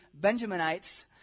Benjaminites